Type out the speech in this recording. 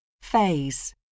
Phase